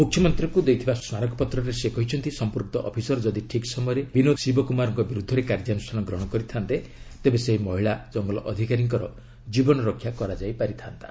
ମୁଖ୍ୟମନ୍ତ୍ରୀଙ୍କୁ ଦେଇଥିବା ସ୍କାରକପତ୍ରରେ ସେ କହିଛନ୍ତି ସମ୍ପୁକ୍ତ ଅଫିସର ଯଦି ଠିକ୍ ସମୟରେ ବିନୋଦ ଶିବକୁମାରଙ୍କ ବିରୁଦ୍ଧରେ କାର୍ଯ୍ୟାନୁଷ୍ଠାନ ଗ୍ରହଣ କରିଥାନ୍ତେ ତେବେ ସେହି ମହିଳା ଜଙ୍ଗଲ ଅଧିକାରୀଙ୍କ ଜୀବନ ରକ୍ଷା କରାଯାଇ ପାରିଥାନ୍ତା